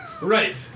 Right